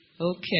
Okay